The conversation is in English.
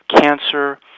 cancer